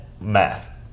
math